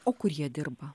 o kur jie dirba